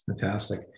Fantastic